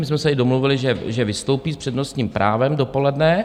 My jsme se i domluvili, že vystoupí s přednostním právem dopoledne.